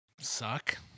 suck